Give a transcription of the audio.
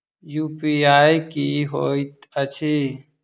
UPI की होइत अछि